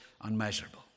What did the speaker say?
unmeasurable